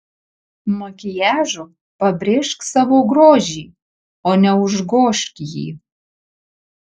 makiažu pabrėžk savo grožį o ne užgožk jį